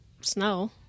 snow